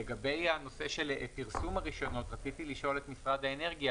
לגבי נושא פרסום הרישיונות רציתי לשאול את משרד האנרגיה,